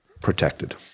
protected